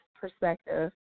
perspective